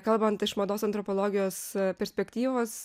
kalbant iš mados antropologijos perspektyvos